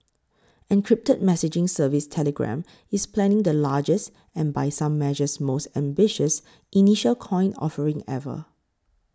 encrypted messaging service telegram is planning the largest and by some measures most ambitious initial coin offering ever